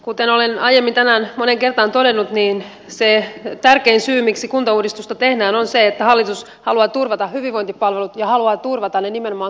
kuten olen aiemmin tänään moneen kertaan todennut niin se tärkein syy miksi kuntauudistusta tehdään on se että hallitus haluaa turvata hyvinvointipalvelut ja haluaa turvata ne nimenomaan kuntaperusteisella järjestelmällä